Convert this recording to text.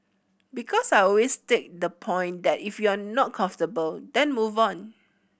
because I always take the point that if you're not comfortable then move on